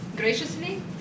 graciously